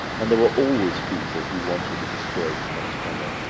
and there were always people who wanted to destroy thomas cromwell,